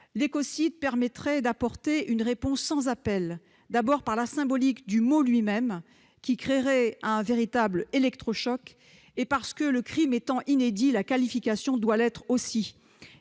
L'écocide permettrait d'apporter une réponse sans appel, d'abord par la symbolique du mot, un véritable électrochoc, et ensuite, parce que, le crime étant inédit, la qualification doit l'être aussi.